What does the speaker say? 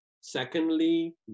secondly